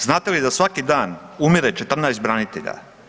Znate li da svaki dan umire 14 branitelja.